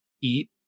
eat